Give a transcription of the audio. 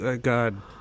God